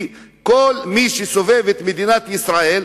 כי כל מי שסובב את מדינת ישראל,